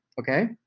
okay